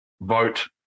vote